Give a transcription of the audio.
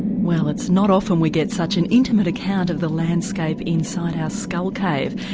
well it's not often we get such an intimate account of the landscape inside our skull cave.